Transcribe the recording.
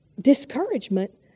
discouragement